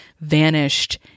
vanished